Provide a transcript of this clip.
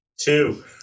Two